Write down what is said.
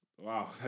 wow